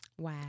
Wow